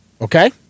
Okay